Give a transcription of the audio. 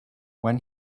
when